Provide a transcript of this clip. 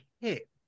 hit